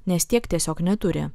nes tiek tiesiog neturi